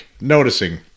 noticing